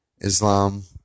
Islam